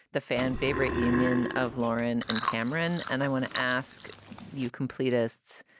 the fan favorite union of lauren and cameron. and i want to ask you complete usts